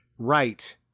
Right